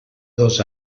dos